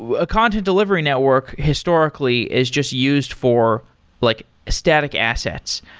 a content delivery network historically is just used for like static assets,